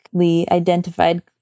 identified